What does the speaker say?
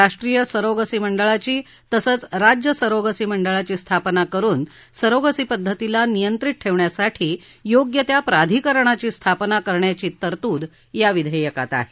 राष्ट्रीय सरोगसी मंडळाची तसंच राज्य सरोगसी मंडळाची स्थापना करुन सरोगसी पद्धतीला नियंत्रित ठेवण्यासाठी योग्य त्या प्राधिकरणाची स्थापना करण्याची तरतूद या विधेयकात आहे